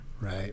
Right